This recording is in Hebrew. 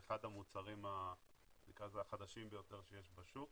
אחד המוצרים החדשים ביותר שיש בשוק